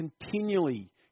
Continually